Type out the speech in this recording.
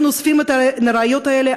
אנחנו אוספים את הראיות האלה,